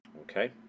Okay